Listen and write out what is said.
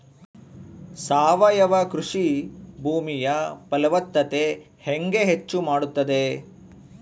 ಸಾವಯವ ಕೃಷಿ ಭೂಮಿಯ ಫಲವತ್ತತೆ ಹೆಂಗೆ ಹೆಚ್ಚು ಮಾಡುತ್ತದೆ?